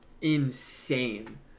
insane